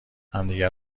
همدیگه